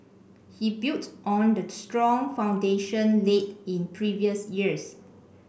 he built on the strong foundation laid in previous years